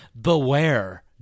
Beware